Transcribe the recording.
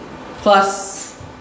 plus